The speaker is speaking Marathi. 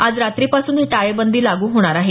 आज रात्रीपासून ही टाळेबंदी लागू होणार आहे